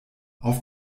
auf